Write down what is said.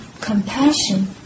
compassion